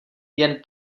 jen